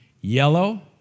Yellow